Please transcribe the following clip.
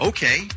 Okay